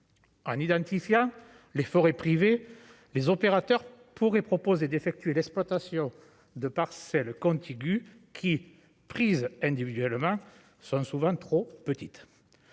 en identifiant les forêts privées, les opérateurs pourraient proposer d'effectuer l'exploitation de parcelles contiguës qui prises individuellement sont souvent trop petites,